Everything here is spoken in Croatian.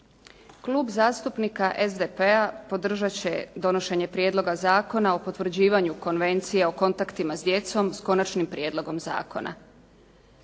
Klub zastupnika SDP-a podržati će donošenje Prijedloga Zakona o potvrđivanju Konvencije o kontaktima s djecom, s Konačnim prijedlogom zakona.